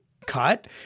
cut